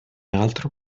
altro